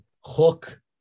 hook